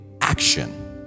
action